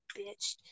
bitch